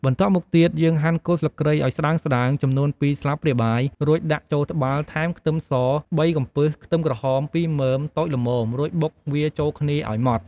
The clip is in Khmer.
បន្ទាប់មកទៀត យើងហាន់គល់ស្លឹកគ្រៃឱ្យស្ដើងៗ ចំនួន២ស្លាបព្រាបាយ រួចដាក់ចូលត្បាល់ ថែមខ្ទឹមស ៣កំពឹស ខ្ទឹមក្រហម ២មើមតូចល្មម រួចបុកវាចូលគ្នាឱ្យម៉ដ្ដ។